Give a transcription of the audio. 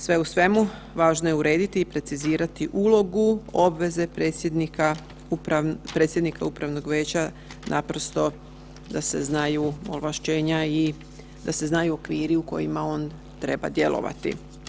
Sve u svemu važno je urediti i precizirati ulogu obveze predsjednika upravnog vijeća naprosto da se znaju ovlaštenja i da se znaju okviri u kojima on treba djelovati.